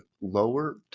lower